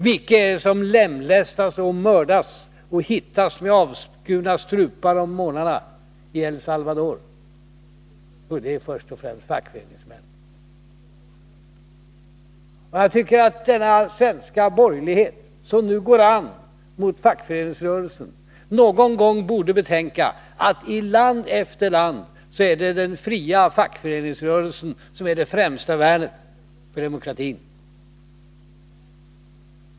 Vilka är det som lemlästas och mördas och hittas med avskurna strupar om morgnarna i El Salvador? Jo, först och främst fackföreningsmän. Jag tycker att den svenska borgerligheten som nu går an mot fackföreningsrörelsen någon gång borde betänka att i land efter land är det den fria fackföreningsrörelsen som är det främsta värnet för demokratin.